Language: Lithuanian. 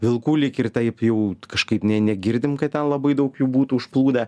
vilkų lyg ir taip jau kažkaip nei negirdim kad ten labai daug jų būtų užplūdę